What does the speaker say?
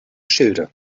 schilde